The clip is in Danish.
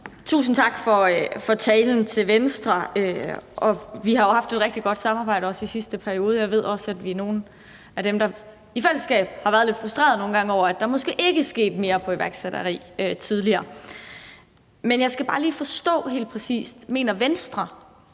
tusind tak for talen til Venstre. Vi har jo haft et rigtig godt samarbejde, også i sidste periode, og jeg ved også, at vi er nogle af dem, der i fællesskab nogle gange har været lidt frustrerede over, at der måske ikke skete mere i forhold til iværksætteri tidligere. Men jeg skal bare lige helt præcis forstå